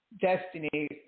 destiny